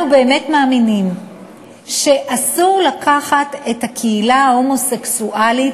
אנחנו באמת מאמינים שאסור לקחת את הקהילה ההומוסקסואלית